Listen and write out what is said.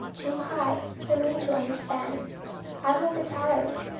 too high, for me to understand i hope entirely.